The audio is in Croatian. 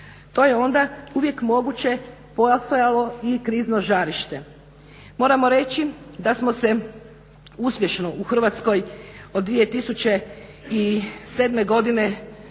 To je onda uvijek moguće postojalo i krizno žarište. Moramo reći da smo se uspješno u Hrvatskoj od 2007. godine